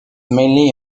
mainly